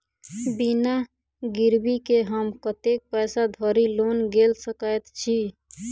बिना गिरबी केँ हम कतेक पैसा धरि लोन गेल सकैत छी?